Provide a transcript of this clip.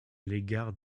l’égard